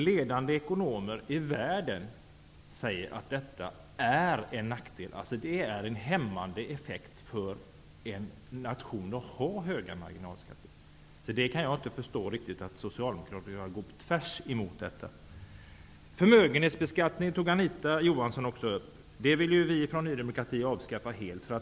Ledande ekonomer ute i världen säger att det är en nackdel, att det har en hämmande effekt för en nation att ha höga marginalskatter. Jag kan alltså inte förstå att Socialdemokraterna vill gå tvärtemot detta. Anita Johansson tog också upp förmögenhetsbeskattningen, som Ny demokrati vill avskaffa helt.